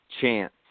chance